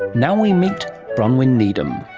now we meet bronwen needham.